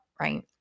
Right